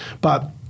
But-